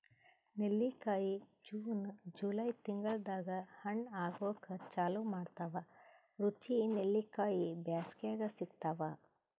ನೆಲ್ಲಿಕಾಯಿ June July ತಿಂಗಳ್ದಾಗ್ ಹಣ್ಣ್ ಆಗೂಕ್ ಚಾಲು ಮಾಡ್ತಾವ್ ರುಚಿ ನೆಲ್ಲಿಕಾಯಿ ಬ್ಯಾಸ್ಗ್ಯಾಗ್ ಸಿಗ್ತಾವ್